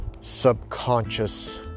subconscious